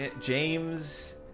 James